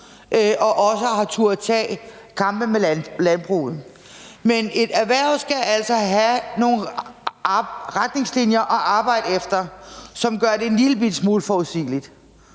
og også har turdet tage kampe med landbruget, men et erhverv skal altså have nogle retningslinjer at arbejde efter, som gør det en lillebitte smule forudsigeligt.